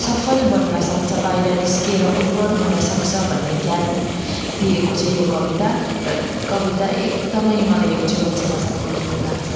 सफल बन्न सक्छ बाहिर निस्केर उर्वर हुन सक्छ भन्ने ज्ञान दिएको छ यो कविता र कविता एकदम मलाई यो जीवनसँग सम्बन्धित लाग्छ